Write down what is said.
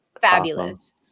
Fabulous